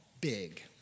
big